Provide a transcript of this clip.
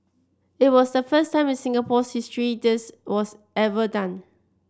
it was the first time in Singapore's history this was ever done